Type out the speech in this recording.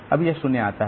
अब यह 0 आता है